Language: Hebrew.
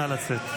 נא לצאת.